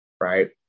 right